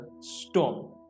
storm